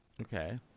Okay